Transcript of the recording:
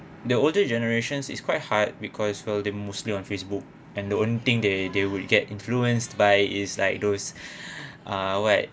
the older generations is quite hard because of the muslim on facebook and the only thing they they will get influenced by is like those ah what